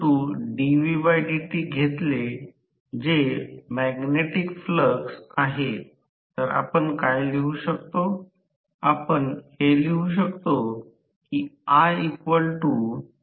आकृतीकडे नजर टाकल्यास हा एक बिंदू येथे a आणि b आहे आणि या बाजूने हा भाग हा स्टेटर प्रतिरोध आणि प्रतिक्रिय आहे हा कोर लॉस घटक आहे आणि हा चुंबकीय घटक आहे आणि हा a आहे आणि हा b आहे जेव्हा PG 3 बनवा